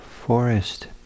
forest